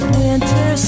winter